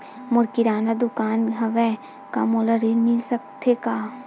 मोर किराना के दुकान हवय का मोला ऋण मिल सकथे का?